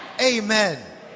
amen